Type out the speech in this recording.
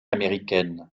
américaine